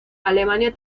alemania